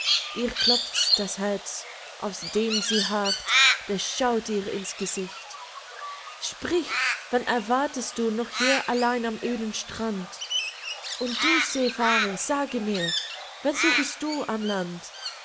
ihr klopft das herz auf den sie harrt der schaut ihr ins gesicht sprich wen erwartest du noch hier allein am öden strand und du seefahrer sage mir wen suchest du am land